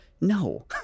no